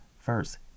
first